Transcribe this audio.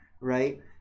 Right